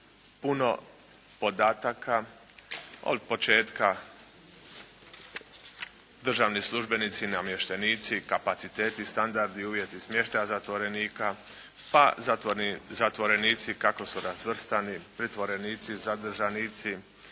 puno podataka od početka, državni službenici i namještenici, kapaciteti, standardi uvjeti smještaja zatvorenika, pa zatvorenici kako su razvrstani, pritvorenici, zadržanici,